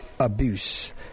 Abuse